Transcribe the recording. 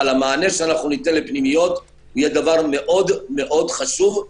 אבל המענה שניתן לפנימיות יהיה דבר מאוד חשוב,